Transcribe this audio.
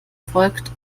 folgt